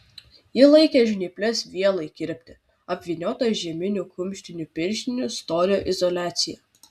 ji laikė žnyples vielai kirpti apvyniotas žieminių kumštinių pirštinių storio izoliacija